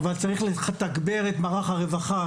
אבל צריך לתגבר את מערך הרווחה,